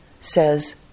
says